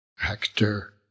hector